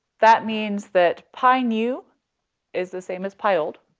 that means that pi new is the same as pi old,